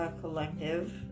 collective